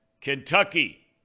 Kentucky